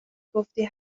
گفتی